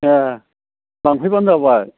ए लांफैब्लानो जाबाय